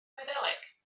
gwyddeleg